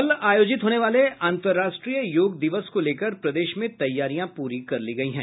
कल आयोजित होने वाले अंतर्राष्ट्रीय योग दिवस को लेकर प्रदेश में तैयारियां पूरी कर ली गयी हैं